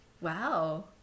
Wow